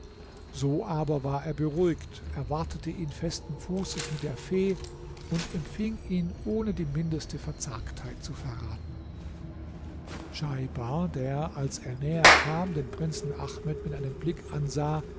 so aber war er beruhigt erwartete ihn festen fußes mit der fee und empfing ihn ohne die mindeste verzagtheit zu verraten schaibar der als er näher kam den prinzen ahmed mit einem blick ansah